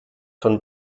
von